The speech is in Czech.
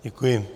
Děkuji.